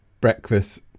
breakfast